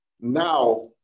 now